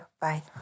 Bye